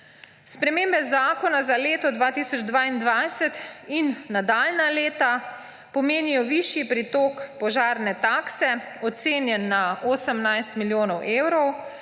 Spremembe zakona za leto 2022 in nadaljnja leta pomenijo višji pritok požarne takse, ocenjen na 18 milijonov evrov.